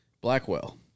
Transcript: Blackwell